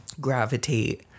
gravitate